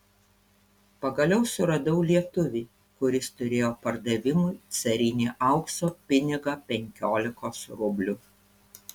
pagaliau suradau lietuvį kuris turėjo pardavimui carinį aukso pinigą penkiolikos rublių